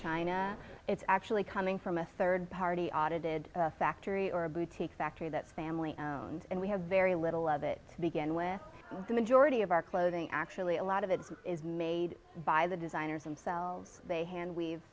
china it's actually coming from a third party audited factory or a boutique factory that family owned and we have very little of it to begin with the majority of our clothing actually a lot of it is made by the designers and sells they hand weave